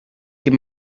ket